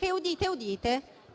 - udite, udite -